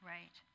Right